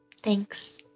Thanks